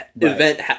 Event